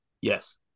Yes